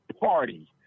party